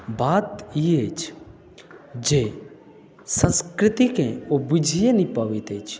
बात ई अछि जे संस्कृतिकेँ ओ बुझिए नहि पबैत अछि